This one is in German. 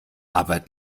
aber